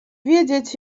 wiedzieć